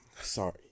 sorry